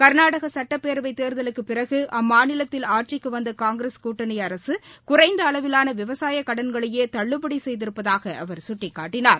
கர்நாடக சட்டப்பேரவை தேர்தலுக்குப் பிறகு அம்மாநிலத்தில் ஆட்சிக்கு வந்த காங்கிரஸ் கூட்டணி அரசு குறைந்த அளவிலான விவசாயக் கடன்களையே தள்ளுபடி செய்திருப்பதாக அவர் குட்டிக்காட்டினார்